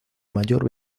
mayor